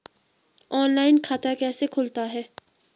Online खाता कैसे खुलता है?